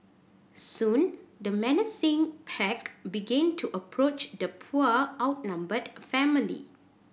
soon the menacing pack began to approach the poor outnumbered family